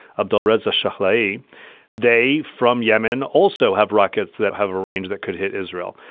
abdul reza sharley day from yemen also have rockets that have a range that could hit israel.